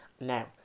Now